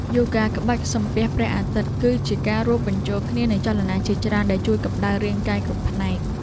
យូហ្គាក្បាច់ សំពះព្រះអាទិត្យ គឺជាការរួមបញ្ចូលគ្នានៃចលនាជាច្រើនដែលជួយកម្ដៅរាងកាយគ្រប់ផ្នែក។